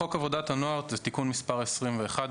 חוק עבודת הנוער (תיקון מס' 21),